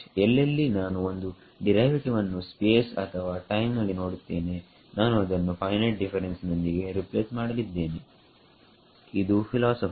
ಎಲ್ಲೆಲ್ಲಿ ನಾನು ಒಂದು ಡಿರೈವೇಟಿವ್ ಅನ್ನು ಸ್ಪೇಸ್ ಅಥವಾ ಟೈಮ್ ನಲ್ಲಿ ನೋಡುತ್ತೇನೆನಾನು ಅದನ್ನು ಫೈನೈಟ್ ಡಿಫರೆನ್ಸ್ ನೊಂದಿಗೆ ರಿಪ್ಲೇಸ್ ಮಾಡಲಿದ್ದೇನೆ ಇದು ಫಿಲಾಸಫಿ